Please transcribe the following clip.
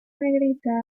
negrita